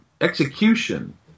execution